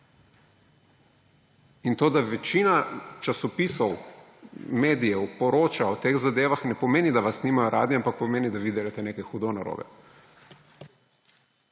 In to, da večina časopisov, medijev poroča o teh zadevah, ne pomeni, da vas nimajo radi, ampak pomeni, da vi delate nekaj hudo narobe.